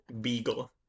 Beagle